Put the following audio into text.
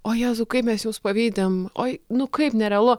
o jėzau kaip mes jūs pavydim oi nu kaip nerealu